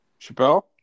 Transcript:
Chappelle